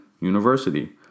University